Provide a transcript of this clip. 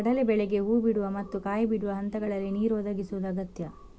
ಕಡಲೇ ಬೇಳೆಗೆ ಹೂ ಬಿಡುವ ಮತ್ತು ಕಾಯಿ ಬಿಡುವ ಹಂತಗಳಲ್ಲಿ ನೀರು ಒದಗಿಸುದು ಅಗತ್ಯ